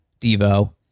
Devo